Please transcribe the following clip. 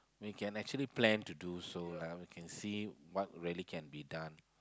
we can actually plan to do so lah we can see what really can be done